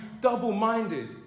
double-minded